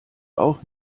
auch